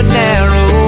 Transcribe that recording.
narrow